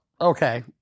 okay